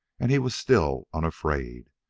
and he was still unafraid.